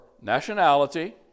nationality